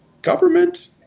Government